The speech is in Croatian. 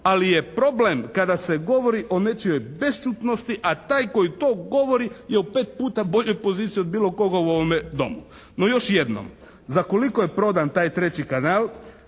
ali je problem kada se govori o nečijoj bešćutnosti a taj koji to govori je u 5 puta boljoj poziciji od bilo koga u ovome Domu. No još jednom za koliko je prodan taj treći kanal.